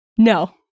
No